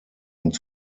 und